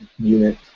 unit